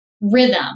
rhythm